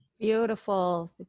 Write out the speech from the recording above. Beautiful